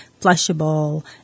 flushable